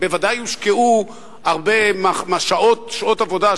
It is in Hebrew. ובוודאי הושקעו הרבה שעות עבודה,